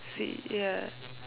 see ya